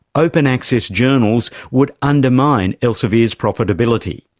open access journals would undermine elsevier's profitability.